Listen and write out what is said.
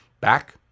Back